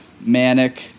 manic